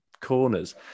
corners